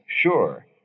sure